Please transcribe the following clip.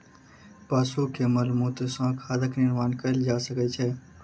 पशु के मलमूत्र सॅ खादक निर्माण कयल जा सकै छै